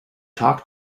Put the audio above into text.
talk